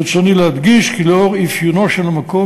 ברצוני להדגיש כי לנוכח אפיונו של המקום